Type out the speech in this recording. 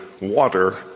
water